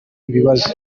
ibibazo